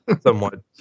Somewhat